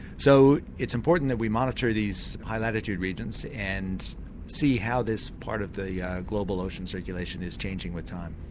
so it's important that we monitor these high latitude regions and see how this part of the yeah global ocean circulation is changing with time.